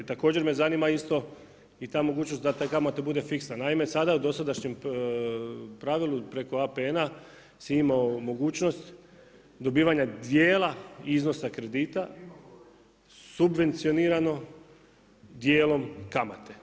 Također me zanima isto i ta mogućnost da i ta kamata bude fiksna, naime sada u dosadašnjem pravilu preko APN-a si imao mogućnost dobivanja dijela iznosa kredita subvencionirano dijelom kamate.